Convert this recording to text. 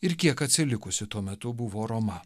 ir kiek atsilikusi tuo metu buvo roma